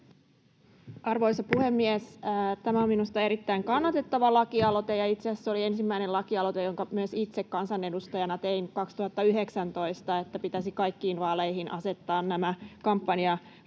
Arvoisa puhemies! Tämä on minusta erittäin kannatettava lakialoite, ja itse asiassa se oli ensimmäinen lakialoite, jonka myös itse kansanedustajana tein 2019, että pitäisi kaikkiin vaaleihin asettaa nämä kampanjakatot.